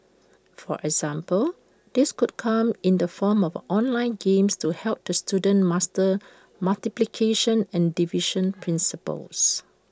for example this could come in the form of online games to help the students master multiplication and division principles